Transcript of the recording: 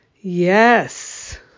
Yes